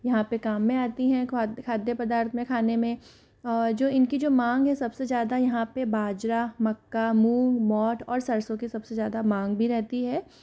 यहाँ पर काम में आती है खाद्य पदार्थ में खाने में और जो इनकी जो मांग है सबसे ज़्यादा यहाँ पर बाजरा मक्का मूंग मोठ और सरसों की सबसे ज़्यादा मांग भी रहती है